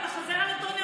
אתה חוזר על אותו נאום.